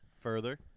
Further